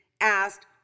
asked